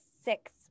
six